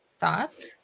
Thoughts